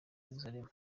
yeruzalemu